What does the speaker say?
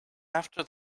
after